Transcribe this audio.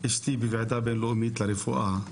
אשתי בוועדה בינלאומית לרפואה,